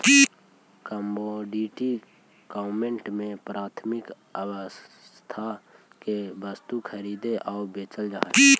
commodity market में प्राथमिक अर्थव्यवस्था के वस्तु खरीदी आऊ बेचल जा हइ